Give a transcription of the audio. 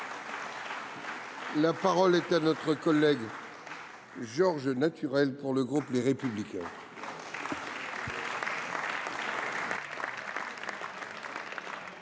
La parole est à M. Georges Naturel, pour le groupe Les Républicains.